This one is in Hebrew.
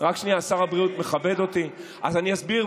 רק שנייה,